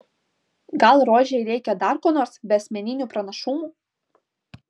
gal rožei reikia dar ko nors be asmeninių pranašumų